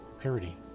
parody